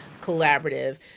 collaborative